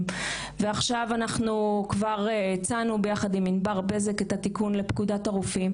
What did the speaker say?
ועכשיו כבר הצענו ביחד עם ענבר בזק את התיקון לפקודת הרופאים,